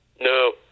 No